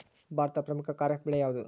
ಭಾರತದ ಪ್ರಮುಖ ಖಾರೇಫ್ ಬೆಳೆ ಯಾವುದು?